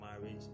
marriage